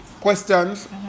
questions